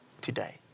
today